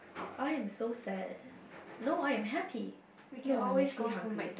I am so sad no I am happy no I'm actually hungry